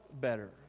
better